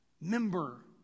member